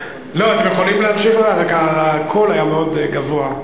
אתם יכולים להמשיך, רק הקול היה מאוד גבוה.